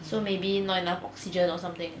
so maybe not enough oxygen or something